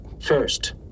first